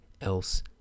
else